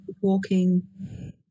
walking